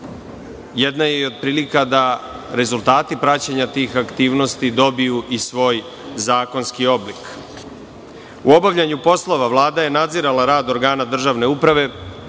jedna je i od prilika da rezultati praćenja tih aktivnosti dobiju i svoj zakonski oblik. U obavljanju poslova Vlada je nadzirala rad organa državne uprave,